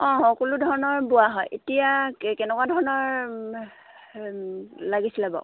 অঁ সকলো ধৰণৰ বোৱা হয় এতিয়া কে কেনেকুৱা ধৰণৰ লাগিছিলে বাও